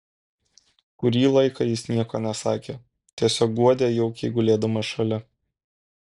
kurį laiką jis nieko nesakė tiesiog guodė jaukiai gulėdamas šalia